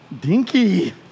Dinky